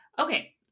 Okay